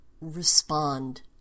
respond